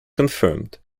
confirmed